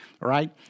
right